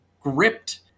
gripped